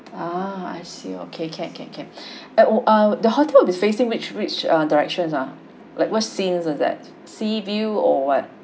ah I see okay kept kept kept uh ah the hotel will facing which which directions ah like what scenes are that sea view or what